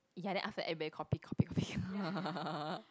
ya then after that everybody copy copy copy